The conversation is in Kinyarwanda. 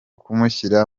kumushyira